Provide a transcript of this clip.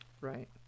right